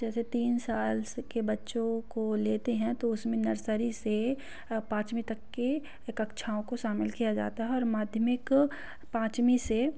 जैसे तीन साल से के बच्चों को लेते हैं तो उसमें नर्सरी से पाँचवीं तक की कक्षाओं को शामिल किया जाता है और माधमिक पाँचवीं से